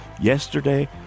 Yesterday